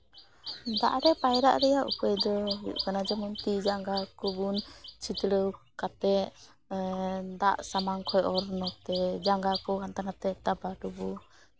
ᱫᱟᱜ ᱨᱮ ᱯᱟᱭᱨᱟᱜ ᱨᱮᱭᱟᱜ ᱩᱯᱟᱹᱭ ᱫᱚ ᱦᱩᱭᱩᱜ ᱠᱟᱱᱟ ᱡᱮᱢᱚᱱ ᱛᱤ ᱡᱟᱸᱜᱟ ᱠᱚᱵᱚᱱ ᱪᱷᱤᱛᱲᱟᱹᱣ ᱠᱟᱛᱮᱫ ᱫᱟᱜ ᱥᱟᱢᱟᱝ ᱠᱷᱚᱡ ᱚᱨ ᱱᱚᱛᱮ ᱡᱟᱸᱜᱟ ᱠᱚ ᱦᱟᱱᱛᱮ ᱱᱟᱛᱮ ᱴᱟᱵᱟᱴᱩᱵᱩ